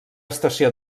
estació